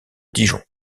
dijon